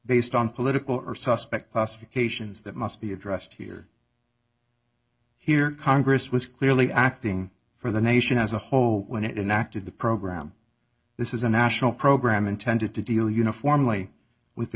based on political or suspect classifications that must be addressed here here congress was clearly acting for the nation as a whole when it inactive the program this is a national program intended to deal uniformly with the